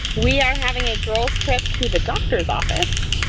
we are having a girls' trip to the doctor's office.